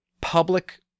public